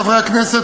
חברי הכנסת,